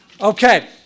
Okay